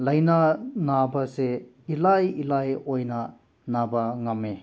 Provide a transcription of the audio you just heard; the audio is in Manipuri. ꯂꯥꯏꯅꯥ ꯅꯥꯕꯁꯦ ꯏꯂꯥꯏ ꯂꯥꯏ ꯑꯣꯏꯅ ꯅꯥꯕ ꯉꯝꯃꯦ